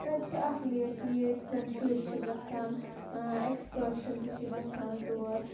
تَتہِ چھِ اَکھ لیک تہِ ییٚتہِ زَن شُرۍ چھِ گَژھان ایکٕسکرشَن تہِ چھِ گَژھان تور